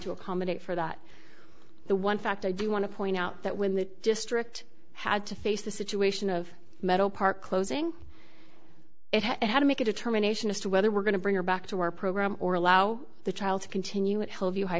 to accommodate for that the one fact i do want to point out that when the district had to face the situation of metal park closing it had to make a determination as to whether we're going to bring her back to our program or allow the child to continue what h